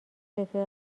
رفیق